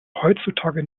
heutzutage